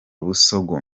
busogo